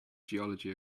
geology